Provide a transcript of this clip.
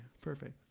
Perfect